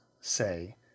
say